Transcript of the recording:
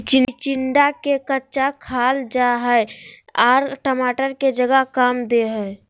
चिचिंडा के कच्चा खाईल जा हई आर टमाटर के जगह काम दे हइ